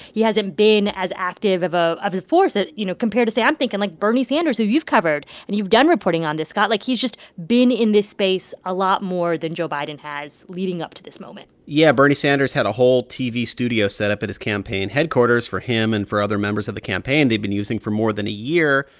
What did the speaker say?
he hasn't been as active of a force, you know, compared to, say, i'm thinking, like, bernie sanders, who you've covered. and you've done reporting on this, scott. like, he's just been in this space a lot more than joe biden has leading up to this moment yeah, bernie sanders had a whole tv studio setup at his campaign headquarters for him and for other members of the campaign they've been using for more than a year.